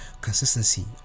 consistency